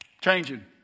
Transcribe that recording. changing